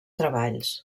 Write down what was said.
treballs